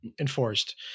enforced